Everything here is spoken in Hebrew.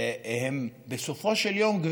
שהם בסופו של יום,